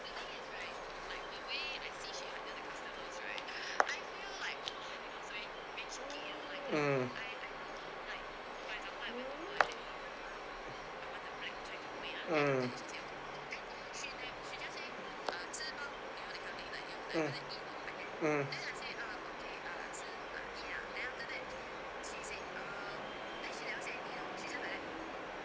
mm mm mm mm